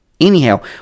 Anyhow